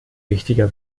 wichtiger